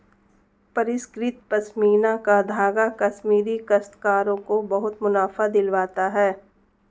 परिष्कृत पशमीना का धागा कश्मीरी काश्तकारों को बहुत मुनाफा दिलवाता है